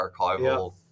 archival